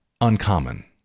uncommon